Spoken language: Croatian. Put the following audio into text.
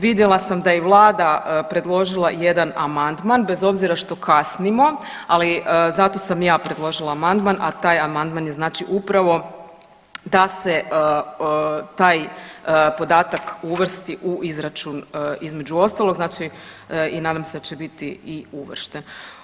Vidjela sam da je i vlada predložila jedan amandman bez obzira što kasnimo, ali zato sam i ja predložila amandman, a taj amandman je znači upravo da se taj podatak uvrsti u izračun između ostalog znači i nadam se da će biti i uvršten.